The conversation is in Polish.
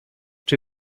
czy